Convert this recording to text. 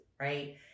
right